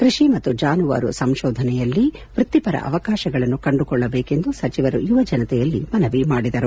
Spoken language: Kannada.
ಕೃಷಿ ಮತ್ತು ಜಾನುವಾರು ಸಂಶೋಧನೆಯಲ್ಲಿ ವೃತ್ತಿಪರ ಅವಕಾಶಗಳನ್ನು ಕಂಡುಕೊಳ್ಳಬೇಕೆಂದು ಸಚಿವರು ಯುವಜನತೆಯಲ್ಲಿ ಮನವಿ ಮಾಡಿದರು